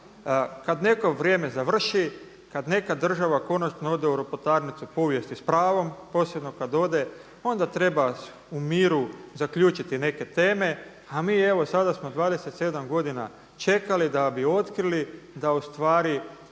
Kad neko vrijeme završi, kad neka država konačno ode u ropotarnicu povijesti s pravom posebno kad ode onda treba u miru zaključiti neke teme. A mi evo sada smo 27 godina čekali da bi otkrili da u stvari